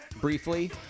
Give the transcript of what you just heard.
briefly